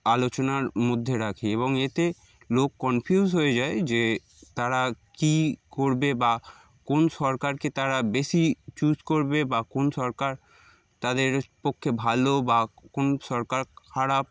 আলোচনার মধ্যে রাখে এবং এতে লোক কনফিউজ হয়ে যায় যে তারা কী করবে বা কোন সরকারকে তারা বেশি চুজ করবে বা কোন সরকার তাদের পক্ষে ভালো বা কোন সরকার খারাপ